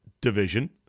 Division